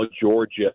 Georgia